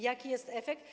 Jaki jest efekt?